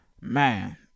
Man